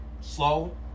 slow